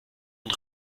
und